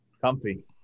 Comfy